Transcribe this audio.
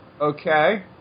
Okay